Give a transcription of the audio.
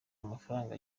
amafaranga